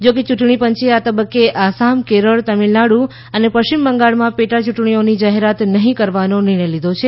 જોકે યૂંટણી પંચે આ તબક્કે આસામ કેરળ તામિલનાડુ અને પશ્ચિમ બંગાળમાં પેટા ચૂંટણીઓની જાહેરાત નહીં કરવાનો નિર્ણય લીધો છે